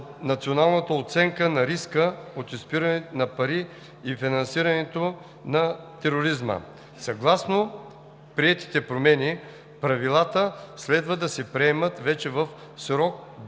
националната оценка на риска от изпирането на пари и финансирането на тероризма. Съгласно приетите промени правилата следва да се приемат вече в срок до